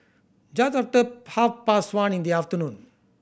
just after half past one in the afternoon